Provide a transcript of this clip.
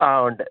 ആ ഉണ്ട്